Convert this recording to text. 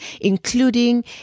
including